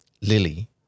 Lily